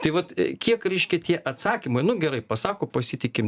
tai vat kiek reiškia tie atsakymai nu gerai pasako pasitikim